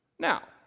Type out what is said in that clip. Now